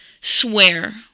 swear